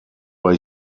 bei